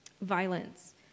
violence